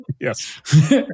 Yes